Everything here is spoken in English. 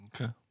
Okay